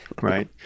right